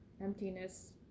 emptiness